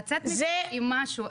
לצאת מפה עם משהו.